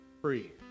free